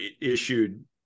issued –